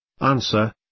Answer